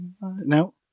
no